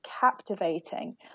captivating